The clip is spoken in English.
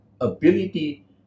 ability